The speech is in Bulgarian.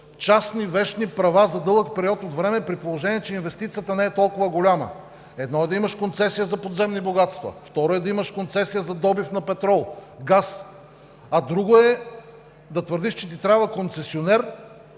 частни вещни права за дълъг период от време, при положение че инвестицията не е толкова голяма. Едно е да имаш концесия за подземни богатства, второ е да е имаш концесия за добив на петрол, газ, а друго е да твърдиш, че ти трябва концесионер